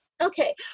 Okay